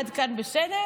עד כאן בסדר?